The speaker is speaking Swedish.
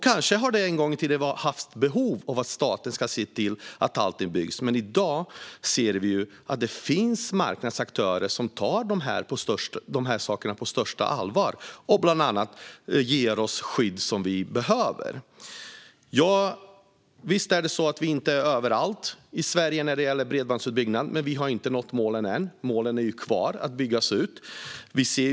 Kanske har det en gång i tiden funnits behov av att staten ska se till att allting byggs, men i dag ser vi att det finns marknadsaktörer som tar de här sakerna på största allvar och bland annat ger oss det skydd som vi behöver. Visst är det så att vi inte är överallt i Sverige när det gäller bredbandsutbyggnad. Vi har inte nått målen än. Målen för utbyggnad finns kvar.